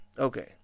Okay